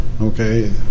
Okay